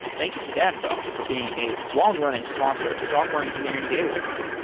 thank you to datadog for being a long-running sponsor of software engineering daily